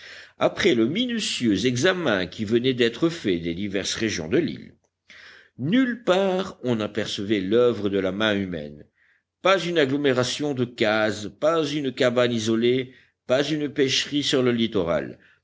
après le minutieux examen qui venait d'être fait des diverses régions de l'île nulle part on n'apercevait l'oeuvre de la main humaine pas une agglomération de cases pas une cabane isolée pas une pêcherie sur le littoral